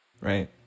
right